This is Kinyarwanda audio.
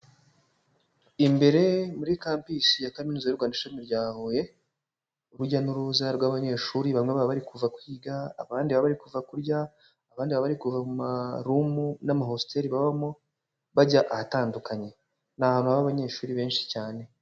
Imbere muri campus ya Kaminuza y'u Rwanda ishami rya Huye, urujya n'uruza rw'abanyeshuri bamwe baba bari kuva kwiga, abandi baba bari kuva kurya, abandi baba bari kuva mu marumu n'amahostel babamo bajya ahatandukanye, ni ahantu haba abanyeshuri benshi cyane.